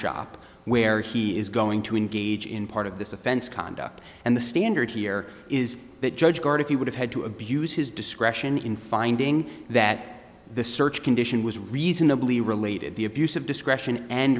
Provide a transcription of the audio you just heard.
shop where he is going to engage in part of this offense conduct and the standard here is that judge court if you would have had to abuse his discretion in finding that the search condition was reasonably related the abuse of discretion and